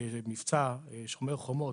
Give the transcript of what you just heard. במבצע "שומר החומות"